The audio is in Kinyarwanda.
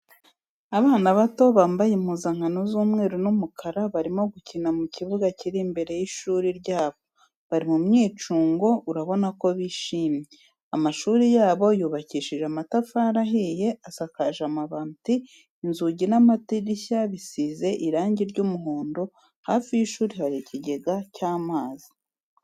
Abana bato bambaye impuzankano z'umweru n'umukara barimo gukina mu kibuga kiri imbere y'ishuri ryabo, bari mu myicungo urabona ko bishimye, amashuri yabo yubakishije amatafari ahiye asakaje amabati, inzugi n'amadirishya bisize irangi ry'umuhondo hafi y'ishuri hari ikigega cy'amazi.